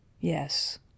Yes